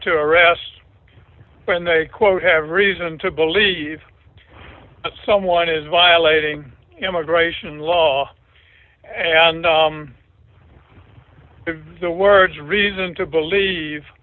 to arrest when they quote have reason to believe someone is violating immigration law and the words reason to believe